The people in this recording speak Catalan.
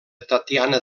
tatiana